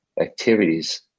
activities